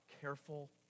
careful